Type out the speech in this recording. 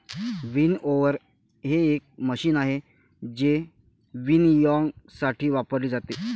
winnower हे एक machine आहे जे विनॉयइंगसाठी वापरले जाते